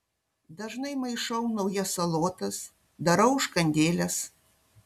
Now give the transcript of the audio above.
dažnai maišau naujas salotas darau užkandėles